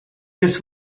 just